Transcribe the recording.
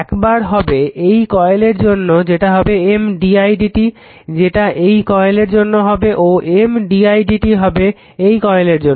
একবার হবে এই কয়েলের জন্য যেটা হবে M d i dt যেটা এই কয়েলের জন্য হবে ও M d i dt হবে এই কয়েলের জন্য